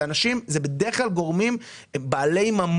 אלה שמחזיקים בנכסים האלה הם בדרך כלל גורמים בעלי ממון,